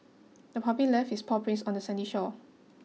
the puppy left its paw prints on the sandy shore